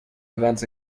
events